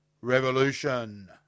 revolution